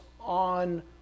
on